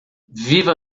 viva